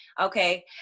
Okay